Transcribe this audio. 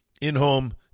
in-home